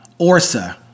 ORSA